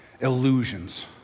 illusions